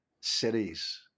cities